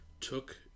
took